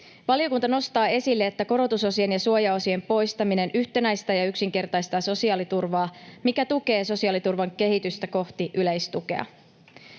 Valiokunta nostaa esille, että korotusosien ja suojaosien poistaminen yhtenäistää ja yksinkertaistaa sosiaaliturvaa, mikä tukee sosiaaliturvan kehitystä kohti yleistukea.